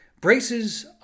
braces